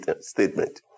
statement